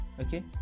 okay